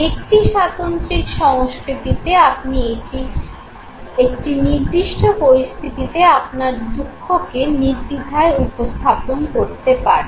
ব্যক্তিস্বাতন্ত্রিক সংস্কৃতিতে আপনি একটি নির্দিষ্ট পরিস্থিতিতে আপনার দুঃখকে নির্দ্বিধায় উপস্থাপন করতে পারেন